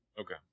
Okay